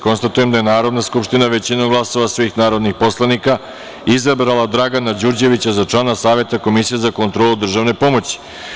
Konstatujem da je Narodna skupština većinom glasova svih narodnih poslanika izabrala Dragana Đurđevića za člana Saveta Komisije za kontrolu državne pomoći.